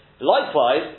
Likewise